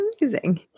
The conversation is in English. amazing